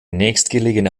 nächstgelegene